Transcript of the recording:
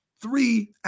Three